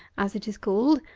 as it is called,